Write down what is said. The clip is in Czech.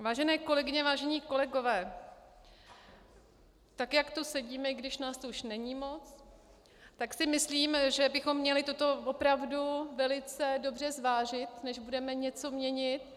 Vážené kolegyně, vážení kolegové, tak jak tu sedíme, i když nás tu už není moc, tak si myslím, že bychom měli toto opravdu velice dobře zvážit, než budeme něco měnit.